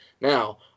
Now